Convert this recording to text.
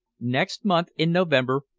next month, in november,